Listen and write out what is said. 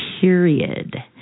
period